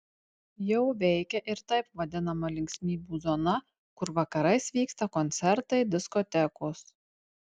jau veikia ir taip vadinama linksmybių zona kur vakarais vyksta koncertai diskotekos